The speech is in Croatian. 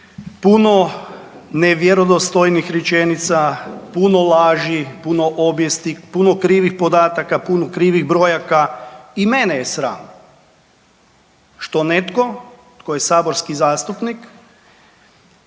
puno nevjerodostojnih rečenica, puno laži, puno objesti, puno krivih podataka, puno krivih brojaka i mene je sram što netko tko je saborski zastupnik